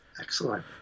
Excellent